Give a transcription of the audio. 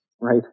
Right